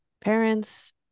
parents